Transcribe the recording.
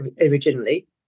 originally